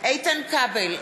איתן כבל,